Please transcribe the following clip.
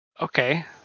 okay